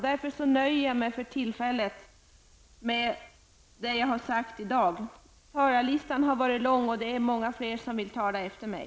Därför nöjer jag mig för tillfället med det jag har sagt. Talarlistan är lång, och det är många fler som vill tala efter mig.